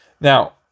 Now